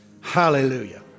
Hallelujah